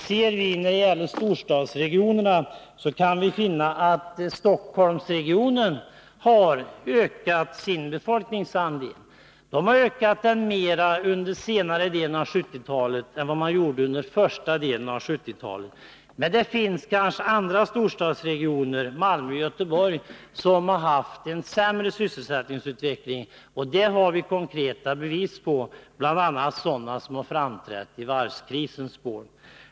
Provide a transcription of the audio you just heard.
Ser vi på storstadsregionerna kan vi finna att exempelvis Stockholmsregionen har ökat sin befolkningsandel mer under senare delen av 1970-talet än under första delen av 1970-talet. Men det finns kanske andra storstadsregioner — Malmö och Göteborg — som har en sämre sysselsättningsutveckling. Det har vi konkreta bevis på, bl.a. sådana som har framträtt i varvskrisens spår.